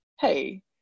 hey